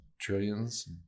trillions